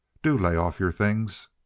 do lay off yer things!